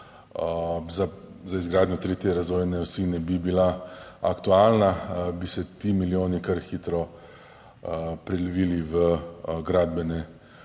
za izgradnjo tretje razvojne osi ne bi bila aktualna, bi se ti milijoni kar hitro prelevili v gradbene